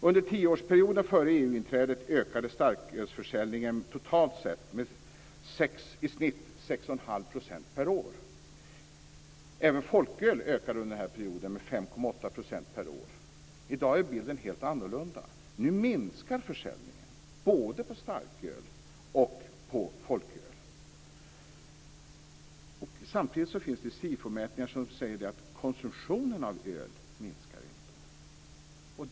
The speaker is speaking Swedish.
Under tioårsperioden före EU-inträdet ökade starkölsförsäljningen totalt sett i snitt med 6 1⁄2 % per år. Även folkölsförsäljningen ökade under den här perioden med 5,8 % per år. I dag är bilden helt annorlunda. Samtidigt finns det SIFO-mätningar som visar att konsumtionen av öl inte minskar.